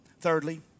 Thirdly